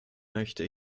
möchte